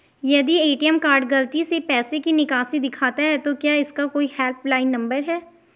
यदि ATM card गलती से पैसे की निकासी दिखाता है तो क्या इसका कोई हेल्प लाइन नम्बर है?